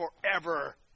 forever